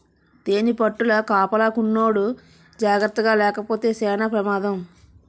తేనిపట్టుల కాపలాకున్నోడు జాకర్తగాలేపోతే సేన పెమాదం